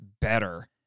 better